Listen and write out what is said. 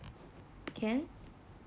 can